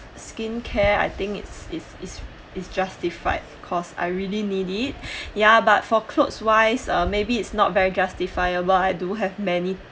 skincare I think it's is is justify because I really need it ya but for clothes wise maybe it's not very justifiable I do have many